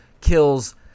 kills